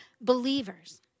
believers